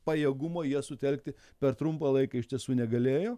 pajėgumo jie sutelkti per trumpą laiką iš tiesų negalėjo